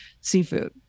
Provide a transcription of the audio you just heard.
seafood